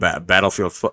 Battlefield